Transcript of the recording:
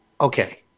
Okay